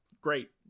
Great